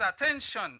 attention